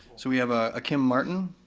so we have a kim martin,